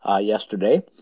yesterday